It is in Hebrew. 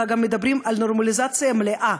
אלא מדברים גם על נורמליזציה מלאה,